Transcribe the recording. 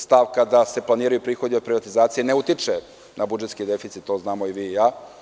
Stavka da se planiraju prihodi od privatizacije ne utiče na budžetski deficit, to znamo i vi i ja.